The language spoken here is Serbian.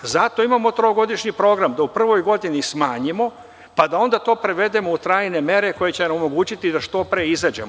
Zato imamo trogodišnji program da u prvoj godini smanjimo, pa da onda to prevedemo u trajne mere koje će nam omogućiti da što pre izađemo.